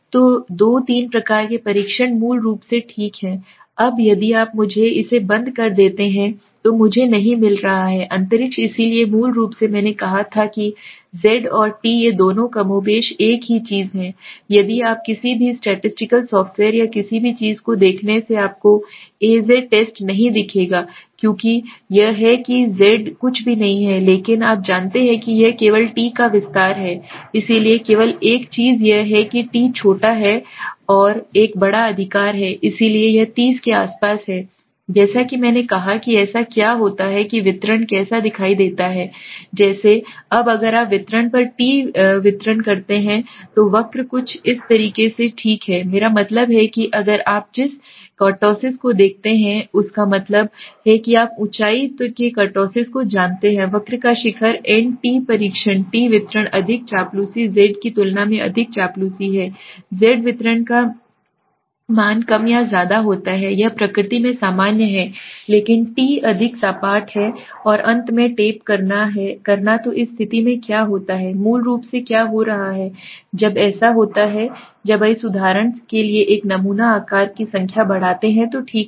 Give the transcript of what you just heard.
तो दो तीन प्रकार के परीक्षण मूल रूप से ठीक हैं अब यदि आप मुझे इसे बंद कर देते हैं तो मुझे नहीं मिल रहा है अंतरिक्ष इसलिए मूल रूप से मैंने कहा था कि z और t ये दोनों कमोबेश एक ही चीज़ हैं यदि आप किसी भी स्टैटिकली सॉफ्टवेयर या किसी भी चीज़ को देखने से आपको az टेस्ट नहीं दिखेगा क्योंकि यह है कि z है कुछ भी नहीं है लेकिन आप जानते हैं कि यह केवल टी का विस्तार है इसलिए केवल एक चीज यह है कि टी छोटा है और यह है यह एक बड़ा अधिकार है इसलिए यह 30 के आसपास है जैसा कि मैंने कहा कि ऐसा क्या होता है कि वितरण कैसा दिखता है जैसे अब अगर आप वितरण पर टी वितरण करते हैं तो वक्र कुछ इस तरह से ठीक है मेरा मतलब है कि अगर आप जिस कर्टोसिस को देखते हैं उसका मतलब है कि आप ऊंचाई के कुर्तोसिस को जानते हैं वक्र का शिखर n t परीक्षण t वितरण अधिक चापलूसी z की तुलना में अधिक चापलूसी है z वितरण का वितरण कम या ज्यादा होता है यह प्रकृति में सामान्य है लेकिन t अधिक सपाट और है अंत में टेप करना तो इस स्थिति में क्या होता है मूल रूप से क्या हो रहा है जब ऐसा है जब आप उदाहरण के लिए नमूना आकार की संख्या बढ़ाते हैं तो ठीक है